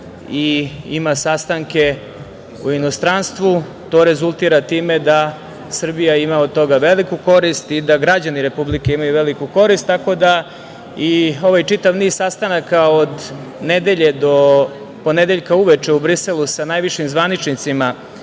i ima sastanke u inostranstvu, to rezultira time da Srbija ima od toga veliku korist i da građani Republike imaju veliku korist, tako da i ovaj čitav niz sastanaka od nedelje do ponedeljka uveče u Briselu sa najvišim zvaničnicima